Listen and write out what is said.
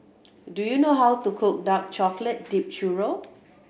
do you know how to cook dark chocolate dipped churro